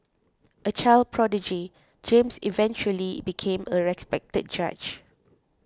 a child prodigy James eventually became a respected judge